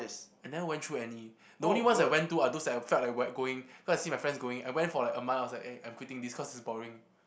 I never went through any the only ones I went to are those that I felt like going because I see my friends going I went for like a month I was like eh I'm quitting this cause it's boring